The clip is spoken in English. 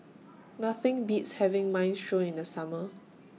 Nothing Beats having Minestrone in The Summer